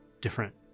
different